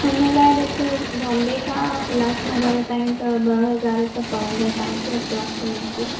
हिन लाइ ॾिसो बॉम्बे खां उल्हास नगर ताईं ॿ हज़ार त पवंदा तव्हां खे ऐप्रोक्सिमेटली